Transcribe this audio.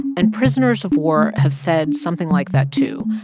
and prisoners of war have said something like that too,